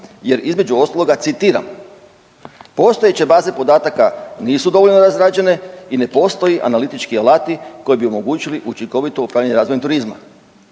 jer između ostaloga citiram „postojeće baze podataka nisu dovoljno razrađene i ne postoji analitički alati koji bi omogućili učinkovito upravljanje razvojem turizma“.